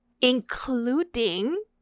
including